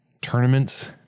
tournaments